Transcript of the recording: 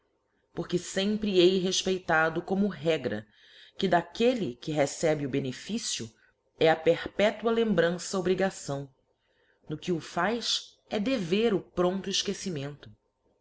porque fempre hei refpeitado como regra que lquelle que recebe o beneficio é a perpetua lembrança fcrigação no que o faz é dever o prompto efquecirnto